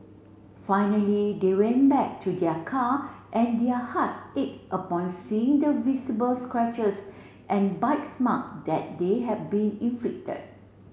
finally they went back to their car and their hearts ached upon seeing the visible scratches and bites mark that they had been inflicted